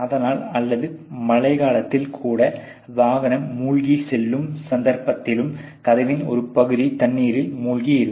அதனால் அல்லது மழைக்காலத்தில் கூட வாகனம் மூழ்கி செல்லும் சந்தர்ப்பத்தில் கதவின் ஒரு பகுதி தண்ணீரில் மூழ்கி இருக்கும்